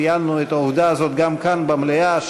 ציינו את העובדה הזאת גם כאן במליאה,